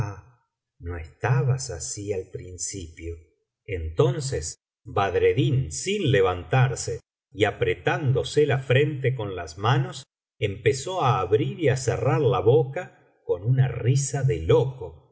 no estabas así al principio entonces badreddin sin levantarse y apretándose la frente con las manos empezó á abrir y á cerrar la boca con una risa de loco